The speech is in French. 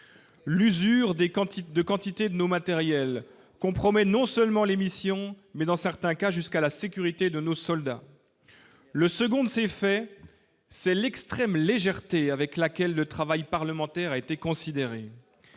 de quantité de nos matériels compromet non seulement l'émission mais dans certains cas jusqu'à la sécurité de nos soldats, le second c'est fait, c'est l'extrême légèreté avec laquelle le travail parlementaire a été considéré,